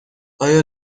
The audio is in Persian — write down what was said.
آیا